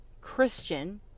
Christian